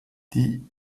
die